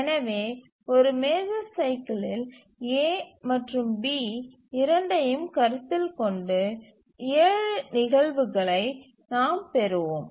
எனவே ஒரு மேஜர் சைக்கிலில் A மற்றும் B இரண்டையும் கருத்தில் கொண்டு 7 நிகழ்வுகளை நாம் பெறுவோம்